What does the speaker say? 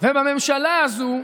ובממשלה הזו,